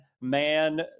Man